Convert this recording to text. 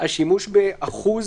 השימוש ב-1%